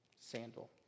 sandal